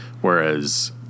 Whereas